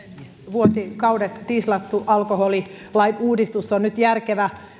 vuosikaudet tislattu alkoholilain uudistus on nyt järkevää